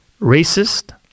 racist